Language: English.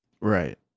Right